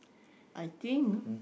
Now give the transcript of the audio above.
I think